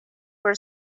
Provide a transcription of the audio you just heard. for